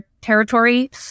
territory